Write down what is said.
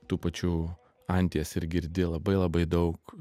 tų pačių anties ir girdi labai labai daug